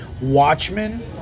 Watchmen